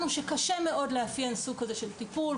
התרשמנו שקשה מאוד לאפיין סוג כזה של טיפול.